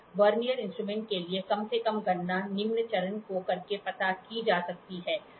vernier instrument के लिए कम से कम गणना निम्न चरण को करके पता की जा सकती है